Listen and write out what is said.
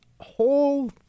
whole